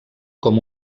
com